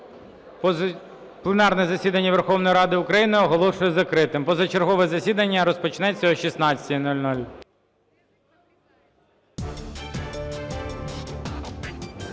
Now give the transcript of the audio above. пленарне засідання Верховної Ради України оголошую закритим. Позачергове засідання розпочнеться о 16:00.